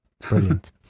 Brilliant